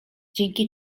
dzięki